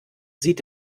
sieht